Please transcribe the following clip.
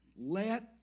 let